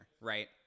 right